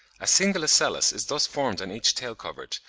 a single ocellus is thus formed on each tail-covert,